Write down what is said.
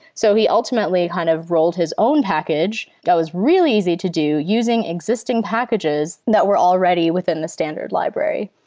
so he ultimately kind of rolled his own package. that was real easy to do using existing packages that were already within the standard library.